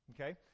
okay